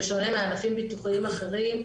בשונה מענפים ביטוחיים אחרים,